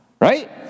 right